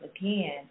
again